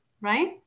right